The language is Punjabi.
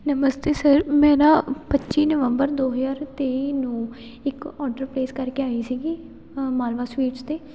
ਨਮਸਤੇ ਸਰ ਮੈਂ ਨਾ ਪੱਚੀ ਨਵੰਬਰ ਦੋ ਹਜ਼ਾਰ ਤੇਈ ਨੂੰ ਇੱਕ ਔਡਰ ਪਲੇਸ ਕਰਕੇ ਆਈ ਸੀਗੀ ਮਾਲਵਾ ਸਵੀਟਸ 'ਤੇ